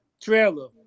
trailer